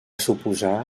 suposar